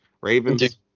Ravens